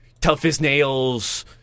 tough-as-nails